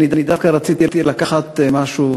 אני דווקא רציתי לקחת משהו,